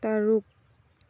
ꯇꯔꯨꯛ